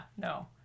no